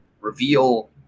reveal